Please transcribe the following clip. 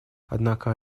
однако